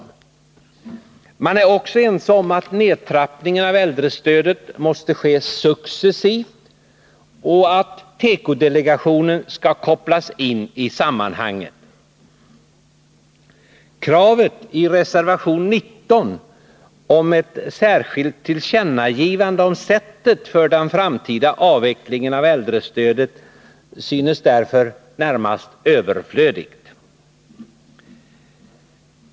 Man är också ense om att nedtrappningen av äldrestödet måste ske successivt och att tekodelegationen skall kopplas in i sammanhanget. Kravet i reservation 19 om ett särskilt tillkännagivande om sättet för den framtida avvecklingen av äldrestödet synes därför närmast överflödigt.